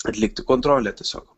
atlikti kontrolę tiesiog